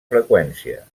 freqüència